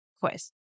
quiz